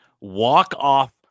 Walk-off